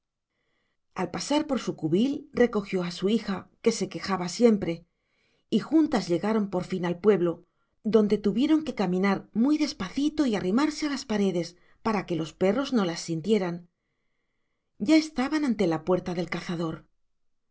al pasar por su cubil recogió a su hija que se quejaba siempre y juntas llegaron por fin al pueblo donde tuvieron que caminar muy despacito y arrimarse a las paredes para que los perros no las sintieran ya estaban ante la puerta del cazador